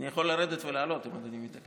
אני יכול לרדת ולעלות, אם אדוני מתעקש.